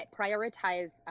prioritize